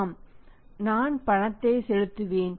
ஆம் நான் பணத்தை செலுத்துவேன்